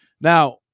Now